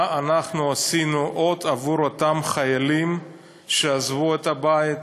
מה אנחנו עשינו עוד עבור אותם חיילים שעזבו את הבית,